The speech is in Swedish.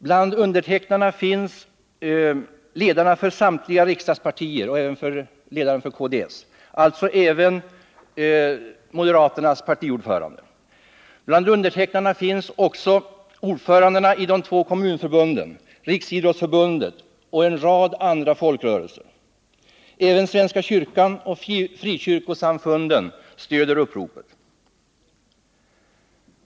Bland undertecknarna finns ledarna för samtliga riksdagspartier — alltså även moderaternas partiordförande — och ledaren för KDS, ordförandena i de två kommunförbunden, Riksidrottsförbundet och en rad andra folkrörelser. Även svenska kyrkan och frikyrkosamfunden stöder uppropet.